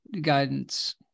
guidance